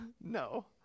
No